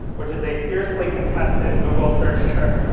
which is a fiercely-contested google search term,